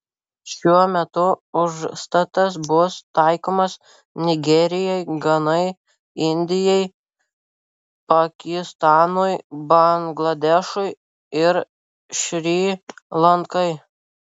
šiuo metu užstatas bus taikomas nigerijai ganai indijai pakistanui bangladešui ir šri lankai